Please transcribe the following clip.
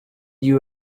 you